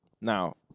Now